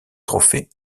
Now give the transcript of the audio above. trophée